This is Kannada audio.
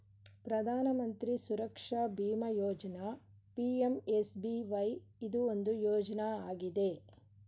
ಪ್ರಧಾನ ಮಂತ್ರಿ ಸುರಕ್ಷಾ ಬಿಮಾ ಯೋಜ್ನ ಪಿ.ಎಂ.ಎಸ್.ಬಿ.ವೈ ಇದು ಒಂದು ಯೋಜ್ನ ಆಗಿದೆ